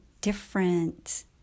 different